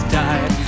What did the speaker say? died